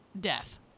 death